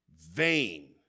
vain